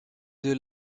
deux